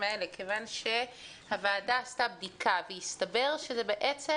האלה כיוון שהוועדה עשתה בדיקה והסתבר שזו בעצם